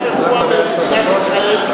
במדינת ישראל,